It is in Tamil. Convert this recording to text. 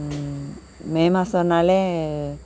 மே மாதம்னாலே